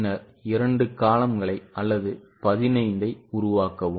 பின்னர் இரண்டு columnகளை அல்லது 15 ஐ உருவாக்கவும்